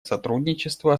сотрудничество